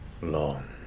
long